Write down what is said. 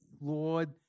Lord